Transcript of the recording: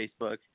Facebook